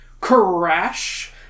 Crash